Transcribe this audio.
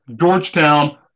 Georgetown